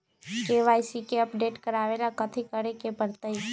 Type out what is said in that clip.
KYC के update करवावेला कथि करें के परतई?